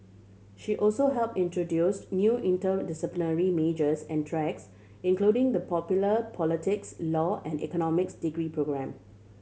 she also help introduce new interdisciplinary majors and tracks including the popular politics law and economics degree programme